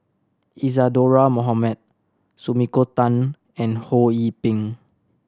Isadhora Mohamed Sumiko Tan and Ho Yee Ping